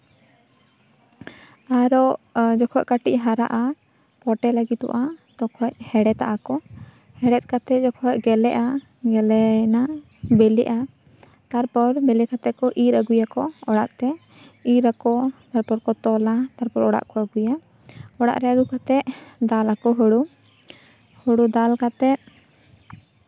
ᱟᱨᱚ ᱡᱚᱠᱷᱚᱡ ᱠᱟᱹᱴᱤᱡ ᱦᱟᱨᱟᱜᱼᱟ ᱯᱚᱴᱮᱜ ᱞᱟᱹᱜᱤᱫᱚᱜᱼᱟ ᱛᱚᱠᱷᱚᱡ ᱦᱮᱲᱦᱮᱫᱟᱜᱼᱟ ᱠᱚ ᱦᱮᱲᱦᱮᱫ ᱠᱟᱛᱮ ᱡᱚᱠᱷᱡ ᱜᱮᱞᱮᱜᱼᱟ ᱜᱮᱞᱮᱭᱮᱱᱟ ᱵᱮᱞᱮᱜᱼᱟ ᱛᱟᱨᱯᱚᱨ ᱵᱮᱞᱮ ᱠᱟᱛᱮ ᱠᱚ ᱤᱨ ᱟᱜᱩᱭᱟᱠᱚ ᱚᱲᱟᱜᱛᱮ ᱤᱨᱟᱠᱚ ᱛᱟᱨᱯᱚᱨ ᱠᱚ ᱛᱚᱞᱟ ᱛᱟᱨᱯᱚᱨ ᱚᱲᱟᱜ ᱠᱚ ᱟᱜᱩᱭᱟ ᱚᱲᱟᱜ ᱨᱮ ᱟᱜᱩ ᱠᱟᱛᱮ ᱫᱟᱞᱟᱠᱚ ᱦᱳᱲᱳ ᱦᱳᱲᱳ ᱫᱟᱞ ᱠᱟᱛᱮ